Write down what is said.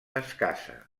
escassa